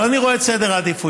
אבל אני רואה את סדר העדיפויות